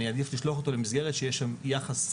אני מעדיף לשלוח אותו למסגרת שיש בה יחס,